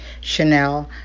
Chanel